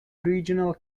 regional